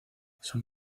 son